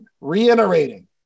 reiterating